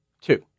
two